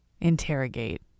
interrogate